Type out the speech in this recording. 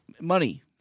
money